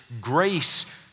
grace